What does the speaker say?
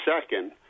second